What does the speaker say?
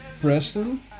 Preston